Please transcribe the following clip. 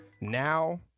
Now